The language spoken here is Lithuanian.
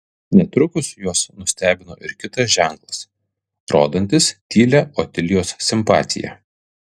netrukus juos nustebino ir kitas ženklas rodantis tylią otilijos simpatiją